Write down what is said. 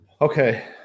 Okay